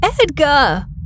Edgar